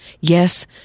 Yes